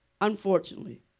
unfortunately